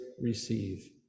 receive